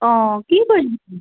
অঁ কি কৰি